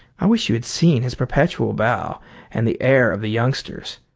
i wish you had seen his perpetual bow and the air of the youngsters!